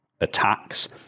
attacks